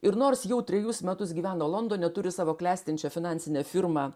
ir nors jau trejus metus gyveno londone turi savo klestinčią finansinę firmą